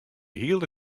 hiele